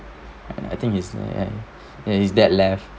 I think is there it is that left